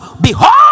behold